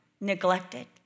neglected